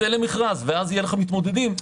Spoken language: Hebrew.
צא למכרז ואז יהיו לך מתמודדים.